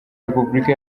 repubulika